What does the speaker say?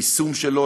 ליישום שלו,